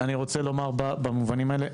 במובנים האלה,